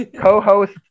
co-host